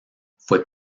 fue